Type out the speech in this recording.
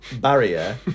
barrier